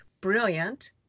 brilliant